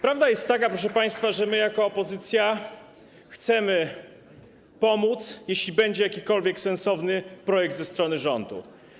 Prawda jest taka, proszę państwa, że my jako opozycja chcemy pomóc, jeśli będzie jakikolwiek sensowny projekt ze strony rządu.